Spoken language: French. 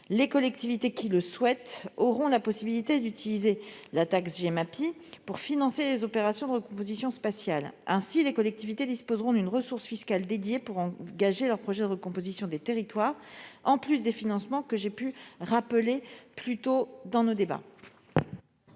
les collectivités qui le souhaitent auront la possibilité d'utiliser la taxe Gemapi pour financer les opérations de recomposition spatiale. Ainsi, les collectivités disposeront d'une ressource fiscale dédiée pour engager leurs projets de recomposition des territoires, en plus des financements que j'ai déjà eu l'occasion de